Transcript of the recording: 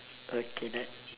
okay that